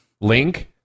link